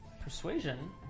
persuasion